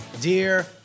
dear